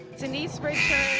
denise richards.